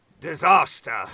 Disaster